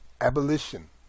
Abolition